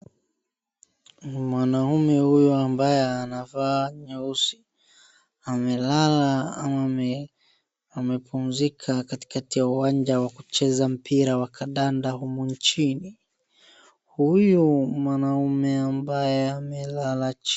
Mwanaume huyu ambaye anavaa nyeusi, amelala ama amepumzika katikati ya uwanja wa kucheza mpira wa kadanda, humu nchini. Huyu mwanaume ambaye amelala chini.